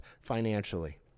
financially